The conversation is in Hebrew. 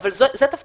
אבל זה תפקידנו.